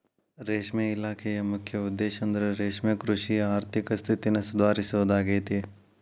ರೇಷ್ಮೆ ಇಲಾಖೆಯ ಮುಖ್ಯ ಉದ್ದೇಶಂದ್ರ ರೇಷ್ಮೆಕೃಷಿಯ ಆರ್ಥಿಕ ಸ್ಥಿತಿನ ಸುಧಾರಿಸೋದಾಗೇತಿ